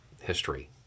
history